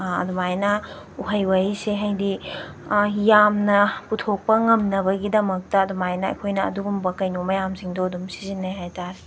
ꯑꯗꯨꯃꯥꯏꯅ ꯎꯍꯩ ꯋꯥꯍꯩꯁꯦ ꯍꯥꯏꯗꯤ ꯌꯥꯝꯅ ꯄꯨꯊꯣꯛꯄ ꯉꯝꯅꯕꯒꯤꯗꯃꯛꯇ ꯑꯗꯨꯃꯥꯏꯅ ꯑꯩꯈꯣꯏꯅ ꯑꯗꯨꯒꯨꯝꯕ ꯀꯩꯅꯣ ꯃꯌꯥꯝꯁꯤꯡꯗꯣ ꯑꯗꯨꯝ ꯁꯤꯖꯤꯟꯅꯩ ꯍꯥꯏꯇꯥꯔꯦ